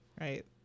right